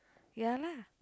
ya lah